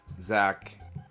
Zach